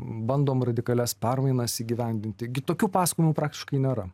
bandom radikalias permainas įgyvendinti gi tokių pasakojimų praktiškai nėra